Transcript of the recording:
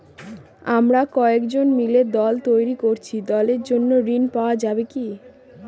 আমরা কয়েকজন মিলে দল তৈরি করেছি দলের জন্য ঋণ পাওয়া যাবে কি?